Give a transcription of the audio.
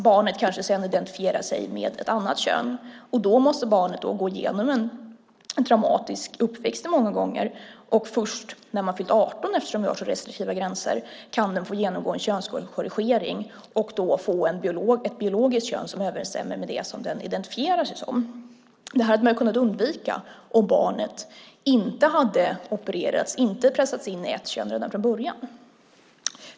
Barnet kanske sedan identifierar sig med ett annat kön, och då måste barnet gå igenom en traumatisk uppväxt många gånger, och först när man fyllt 18 år, eftersom vi har så restriktiva gränser, kan den få genomgå en könskorrigering och då få ett biologiskt kön som överensstämmer med det som den identifierar sig som. Det här hade man kunnat undvika om barnet inte hade opererats, inte hade pressats in i ett kön redan från början.